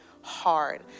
hard